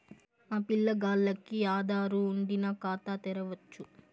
మా పిల్లగాల్లకి ఆదారు వుండిన ఖాతా తెరవచ్చు